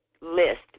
list